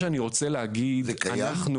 זה קיים?